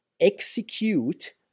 execute